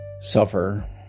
suffer